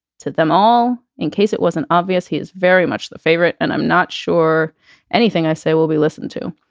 to them all? in case it wasn't obvious, he is very much the favorite, and i'm not sure anything i say will be listened to.